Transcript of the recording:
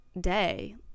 day